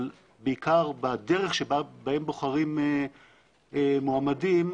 אבל בעיקר בדרך שבה בוחרים מועמדים,